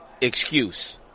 excuse